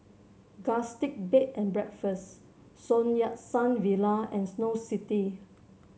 Gusti Bed and Breakfast Sun Yat Sen Villa and Snow City